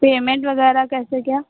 payment वग़ैरह कैसे क्या